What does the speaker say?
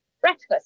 breakfast